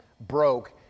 broke